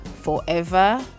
forever